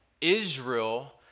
Israel